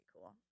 cool